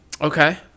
Okay